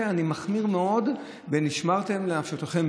אני מחמיר מאוד ב"ונשמרתם מאד לנפשתיכם".